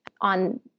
on